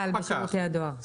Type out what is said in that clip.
בשירותי הדואר אין מנכ"ל.